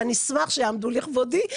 ואני אשמח שיעמדו לכבודי.